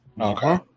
Okay